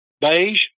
Beige